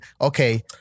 okay